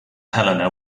helena